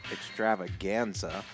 Extravaganza